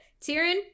Tyrion